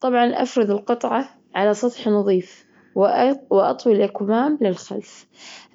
طبعًا أفرد القطعة على سطح نظيف، وأ- وأطوي الأكمام للخلف.